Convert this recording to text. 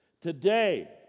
today